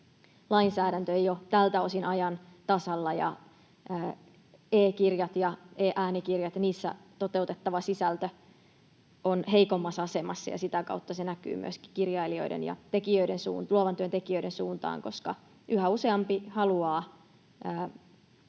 lainsäädäntö ei ole tältä osin ajan tasalla ja e-kirjat ja e-äänikirjat ja niissä toteutettava sisältö ovat heikommassa asemassa, ja sitä kautta se näkyy myöskin kirjailijoiden ja luovan työn tekijöiden suuntaan. Yhä useampi haluaa